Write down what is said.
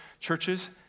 churches